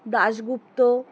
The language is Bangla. দাশগুপ্ত